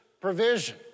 provision